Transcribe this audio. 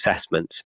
assessments